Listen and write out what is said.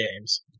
games